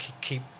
keep